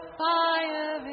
fire